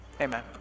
Amen